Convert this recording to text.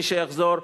מי שיחזור,